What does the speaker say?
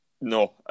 No